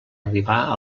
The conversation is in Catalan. arribar